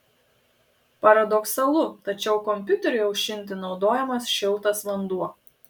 paradoksalu tačiau kompiuteriui aušinti naudojamas šiltas vanduo